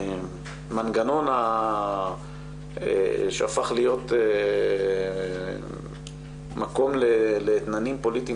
את המנגנון שהפך להיות מקום לעניינים פוליטיים